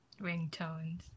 ringtones